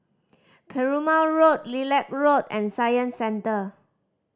Perumal Road Lilac Road and Science Centre